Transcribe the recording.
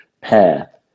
path